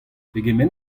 pegement